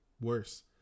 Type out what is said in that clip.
worse